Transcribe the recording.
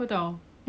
screw bullies